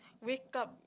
wake up